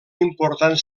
important